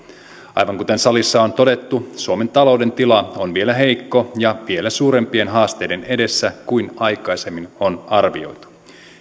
aivan kuten salissa on todettu suomen talouden tila on vielä heikko ja vielä suurempien haasteiden edessä kuin aikaisemmin on arvioitu